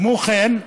כמו כן,